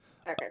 Okay